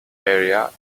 area